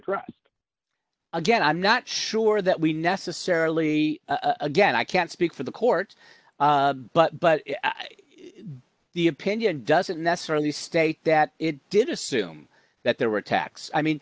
addressed again i'm not sure that we necessarily again i can't speak for the court but but the opinion doesn't necessarily state that it did assume that there were attacks i mean